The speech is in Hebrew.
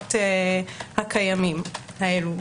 בחסיונות הקיימים האלו,